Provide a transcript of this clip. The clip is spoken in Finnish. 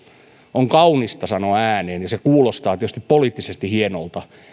on kaunista sanoa ääneen ja se kuulostaa tietysti poliittisesti hienolta